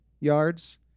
yards